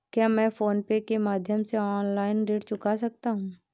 क्या मैं PhonePe के माध्यम से ऑनलाइन ऋण चुका सकता हूँ?